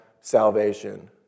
salvation